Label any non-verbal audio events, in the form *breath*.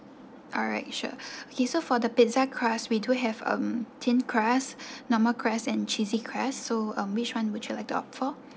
alright sure *breath* okay so for the pizza crust we do have um thin crust *breath* normal crust and cheesy crust so um which one would you like to opt for